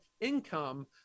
income